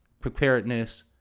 preparedness